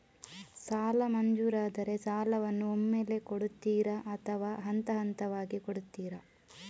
ಸಾಲ ಮಂಜೂರಾದರೆ ಸಾಲವನ್ನು ಒಮ್ಮೆಲೇ ಕೊಡುತ್ತೀರಾ ಅಥವಾ ಹಂತಹಂತವಾಗಿ ಕೊಡುತ್ತೀರಾ?